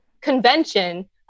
convention